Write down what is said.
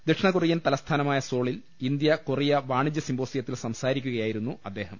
ദക്ഷിണകൊറിയൻ തലസ്ഥാനമായ സോളിൽ India Korea വാണിജ്യ സിമ്പോസിയത്തിൽ സംസാരിക്കുകയായി രുന്നു അദ്ദേഹം